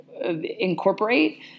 incorporate